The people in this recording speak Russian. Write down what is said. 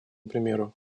примеру